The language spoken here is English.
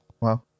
Wow